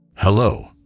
Hello